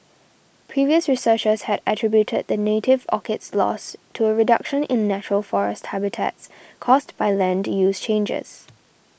previous researchers had attributed the native orchid's loss to a reduction in natural forest habitats caused by land use changes